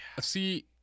See